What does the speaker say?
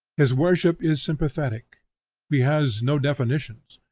his worship is sympathetic he has no definitions,